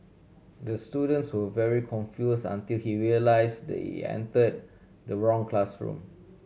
the students were very confuse until he realise the entered the wrong classroom